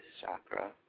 chakra